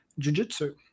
jujitsu